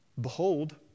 behold